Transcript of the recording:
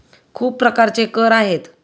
खूप प्रकारचे कर आहेत